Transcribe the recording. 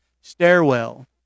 Stairwell